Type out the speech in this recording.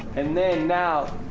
and then, now,